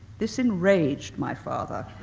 this enraged my father.